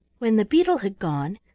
when the beetle had gone,